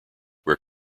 where